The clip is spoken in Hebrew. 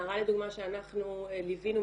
נערה לדוגמה שאנחנו ליווינו,